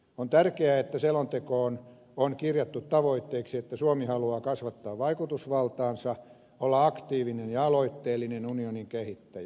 on tärkeää että selontekoon on kirjattu tavoitteeksi että suomi haluaa kasvattaa vaikutusvaltaansa olla aktiivinen ja aloitteellinen unionin kehittäjä